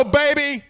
baby